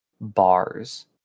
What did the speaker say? bars